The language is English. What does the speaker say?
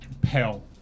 pale